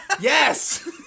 Yes